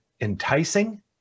enticing